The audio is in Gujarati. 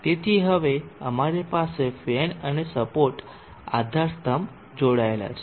તેથી હવે અમારી પાસે ફેન અને સપોર્ટ આધારસ્તંભ જોડાયેલા છે